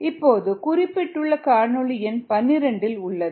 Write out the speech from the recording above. இப்போது குறிப்பிட்டுள்ள காணொளி எண் 12 இல் உள்ளது